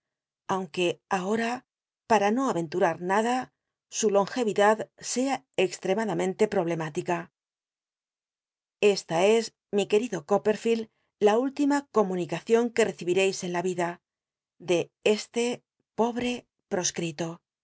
aunque ahora para no aventurar nada su longevidad sea extremadamente problemtitica u esta es mi querido copperlicld la última comunicacion que rccibireis en la ida de este pobre ce proscrito